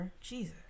Jesus